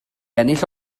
ennill